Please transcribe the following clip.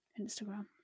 instagram